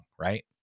right